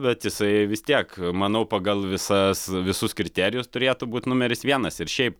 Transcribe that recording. bet jisai vis tiek manau pagal visas visus kriterijus turėtų būt numeris vienas ir šiaip